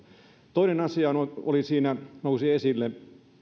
toinen asia joka nousi esille